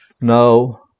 No